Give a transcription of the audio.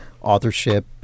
authorship